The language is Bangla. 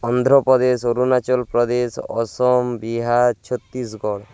অন্ধ্রপ্রদেশ অরুণাচল প্রদেশ অসম বিহার ছত্তিশগড়